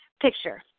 picture